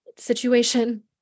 situation